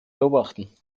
beobachten